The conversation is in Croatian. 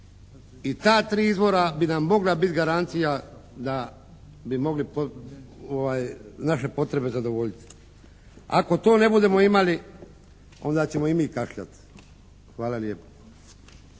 I ta tri izvora bi nam mogla biti garancija da bi mogli naše potrebe zadovoljiti. Ako to ne budemo imali, onda ćemo i mi kašljat. Hvala lijepo.